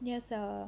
there's a